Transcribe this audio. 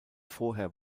vorher